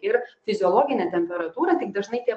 ir fiziologinė temperatūra tik dažnai tie